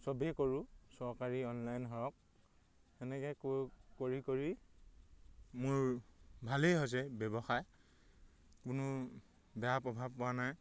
চবেই কৰোঁ চৰকাৰী অনলাইন হওক সেনেকৈ কৰি কৰি মোৰ ভালেই হৈছে ব্যৱসায় কোনো বেয়া প্ৰভাৱ পোৱা নাই